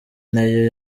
nayo